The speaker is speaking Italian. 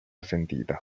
sentita